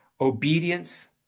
obedience